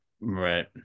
Right